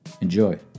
Enjoy